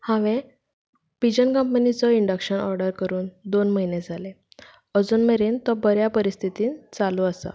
हांवें पिजन कंपनीचो induction order करून दोन म्हयने जाले अजून मेरेन तो बऱ्या परिस्थितीन चालू आसा